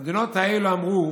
המדינות האלה אמרו